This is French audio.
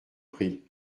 prie